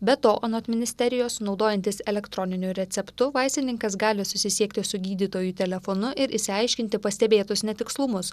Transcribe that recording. be to anot ministerijos naudojantis elektroniniu receptu vaistininkas gali susisiekti su gydytoju telefonu ir išsiaiškinti pastebėtus netikslumus